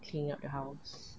cleaning up the house